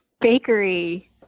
bakery